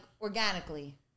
organically